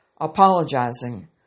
apologizing